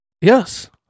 Yes